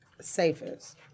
Safest